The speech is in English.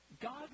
God